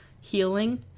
healing